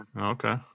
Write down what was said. Okay